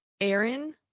aaron